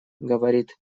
говорит